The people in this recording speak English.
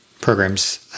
programs